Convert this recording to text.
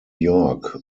york